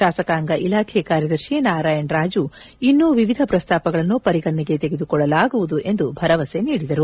ಶಾಸಕಾಂಗ ಇಲಾಖೆ ಕಾರ್ಯದರ್ಶಿ ನಾರಾಯಣ್ ರಾಜು ಇನ್ನೊ ವಿವಿಧ ಪ್ರಸ್ತಾಪಗಳನ್ನು ಪರಿಗಣನೆಗೆ ತೆಗೆದುಕೊಳ್ಳಲಾಗುವುದು ಎಂದು ಭರವಸೆ ನೀಡಿದರು